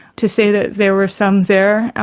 to say that there were some there.